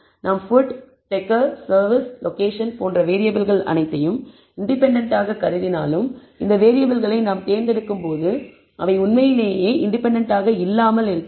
நாம் food decor service location போன்ற வேறியபிள்கள் அனைத்தையும் இண்டிபெண்டன்ட்டாக கருதினாலும் இந்த வேறியபிள்களை நாம் தேர்ந்தெடுக்கும் போது அவை உண்மையிலேயே இண்டிபெண்டன்ட்டாக இல்லாமல் இருக்கலாம்